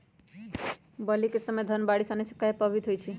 बली क समय धन बारिस आने से कहे पभवित होई छई?